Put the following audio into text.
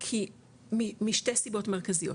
משתי סיבות מרכזיות,